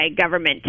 government